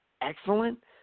excellent